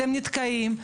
אתם נתקעים.